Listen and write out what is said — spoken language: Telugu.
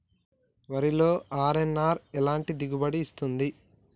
వరిలో అర్.ఎన్.ఆర్ ఎలాంటి దిగుబడి ఇస్తుంది?